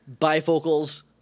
bifocals